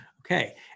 Okay